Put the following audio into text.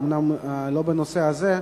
אומנם לא בנושא הזה,